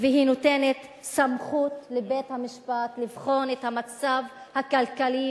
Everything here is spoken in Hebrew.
והיא נותנת סמכות לבית-המשפט לבחון את המצב הכלכלי